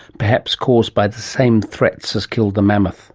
perhaps caused by the same threats as killed the mammoth